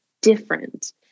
different